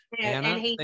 Anna